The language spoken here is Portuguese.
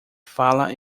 fala